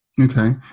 Okay